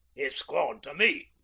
it's gone to me.